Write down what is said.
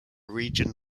region